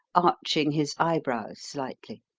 arching his eyebrows slightly.